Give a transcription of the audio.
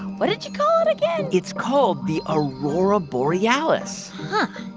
what did you call it again? it's called the aurora borealis huh.